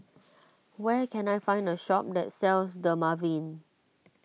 where can I find a shop that sells Dermaveen